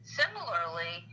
similarly